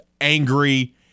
angry